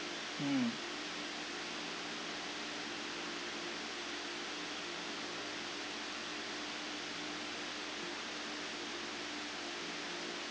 mm